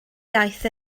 iaith